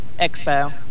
expo